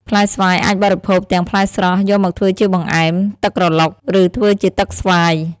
ផ្លែស្វាយអាចបរិភោគទាំងផ្លែស្រស់ យកមកធ្វើជាបង្អែម ទឹកក្រឡុក ឬធ្វើជាទឹកស្វាយ។